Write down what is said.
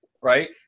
Right